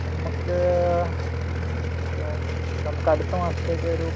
നമ്മൾക്ക് ഇപ്പം നമുക്ക് അടുത്ത മാസത്തേക്കൊരു